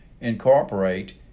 incorporate